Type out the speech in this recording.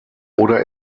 oder